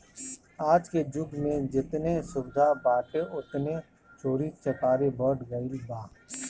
आजके जुग में जेतने सुविधा बाटे ओतने चोरी चकारी बढ़ गईल बा